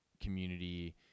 community